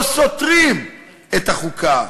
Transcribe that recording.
או סותרים את החוקה.